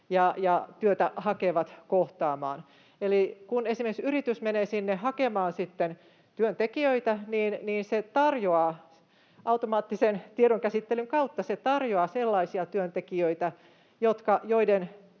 ja työtä hakevat kohtaamaan. Eli kun esimerkiksi yritys menee sinne hakemaan työntekijöitä, niin se tarjoaa automaattisen tiedonkäsittelyn kautta sellaisia työntekijöitä, joiden